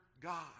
God